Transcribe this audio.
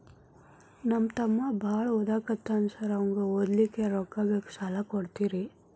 ನಮ್ಮ ತಮ್ಮ ಬಾಳ ಓದಾಕತ್ತನ ಸಾರ್ ಅವಂಗ ಓದ್ಲಿಕ್ಕೆ ರೊಕ್ಕ ಬೇಕು ಸಾಲ ಕೊಡ್ತೇರಿ?